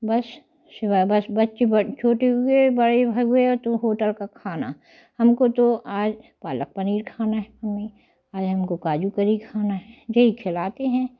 बस सिवाय बस बच्चे छोटे हुए बड़े हो तो होटल का खाना हमको तो आज पालक पनीर खाना है आज हमको काजू कड़ी खाना है यही खिलाते हैं